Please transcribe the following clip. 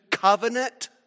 Covenant